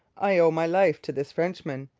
i owe my life to this frenchman.